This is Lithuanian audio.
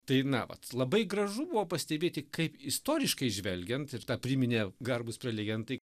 tai na vat labai gražu buvo pastebėti kaip istoriškai žvelgiant ir tą priminė garbūs prelegentai